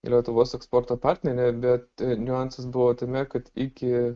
lietuvos eksporto partnerė bet niuansas buvo tame kad iki